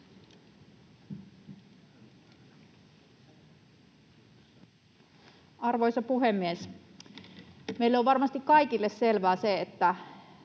Arvoisa puhemies! Meille on varmasti kaikille selvää se, että